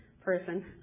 person